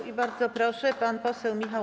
I bardzo proszę, pan poseł Michał